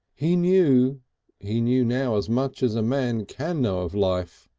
he knew he knew now as much as a man can know of life.